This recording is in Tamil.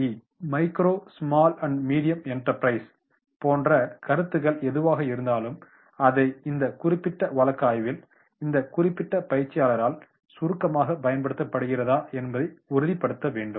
இ மைக்ரோ ஸ்மால் மற்றும் மீடியம் எண்டர்பிரைஸ் போன்ற சுருக்கங்கள் எதுவாக இருந்தாலும் அதை இந்த குறிப்பிட்ட வழக்காய்வில் இந்த குறிப்பிட்ட பயிற்சியாளரால் சுருக்கமாக பயன்படுத்தப்படுகிறதா என்பதை உறுதிப்படுத்த வேண்டும்